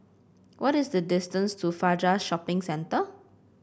what is the distance to Fajar Shopping Centre